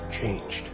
changed